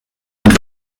und